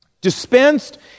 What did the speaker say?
dispensed